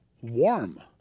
warm